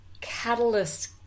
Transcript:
catalyst